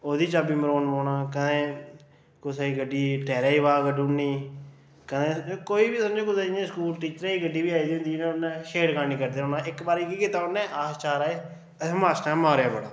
ओह्दी चाबी मरोड़न लगी पौना कदें कुसै दी गड्ढी दी टैरे दी ब्हाऽ कड्ढी ओड़नी ते कोई बी समझो टीचरे दी गड्डी बी आई दी होंदी ओह्दे कन्नै बी छेड़खानी करदे रौह्ना पर इक बारी केह् कीता उन्नै उस चार हे असेंगी मास्टरे ने मारेआ बड़ा